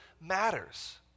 matters